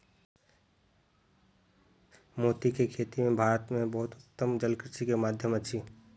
मोती के खेती भारत में बहुत उत्तम जलकृषि के माध्यम अछि